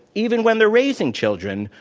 evenwhen they're raising children,